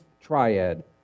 triad